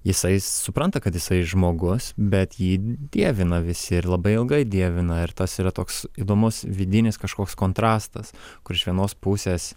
jisai supranta kad jisai žmogus bet jį dievina visi ir labai ilgai dievina ir tas yra toks įdomus vidinis kažkoks kontrastas kur iš vienos pusės